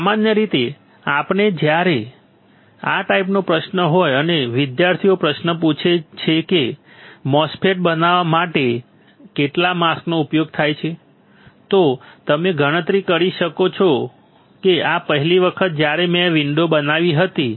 સામાન્ય રીતે જ્યારે આપણે આ ટાઈપનો પ્રશ્ન હોય અને વિદ્યાર્થીઓ પ્રશ્ન પૂછે કે MOSFET બનાવવા માટે કેટલા માસ્કનો ઉપયોગ થાય છે તો તમે ગણતરી કરો કે આ પહેલી વખત જ્યારે મેં વિન્ડો બનાવી હતી